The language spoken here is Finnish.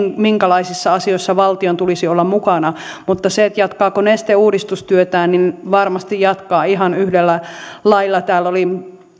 minkälaisissa asioissa valtion tulisi olla mukana mutta jatkaako neste uudistustyötään niin varmasti jatkaa ihan yhdellä lailla täällä oli